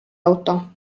auto